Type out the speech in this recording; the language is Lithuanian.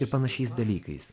ir panašiais dalykais